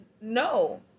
No